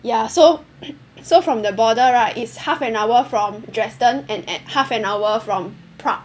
ya so so from the border right it's half an hour from Dresden and at half an hour from Prague